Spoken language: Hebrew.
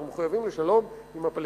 אנחנו מחויבים לשלום עם הפלסטינים,